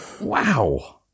wow